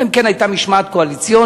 אלא אם כן היתה משמעת קואליציונית,